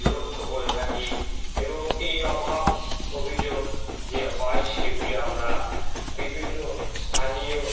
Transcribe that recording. লক্ষ্য করে থাকি এবং এই অভাব অভিযোগ যে হয় সেগুলি আমরা বিভিন্ন স্থানীয়